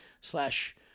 slash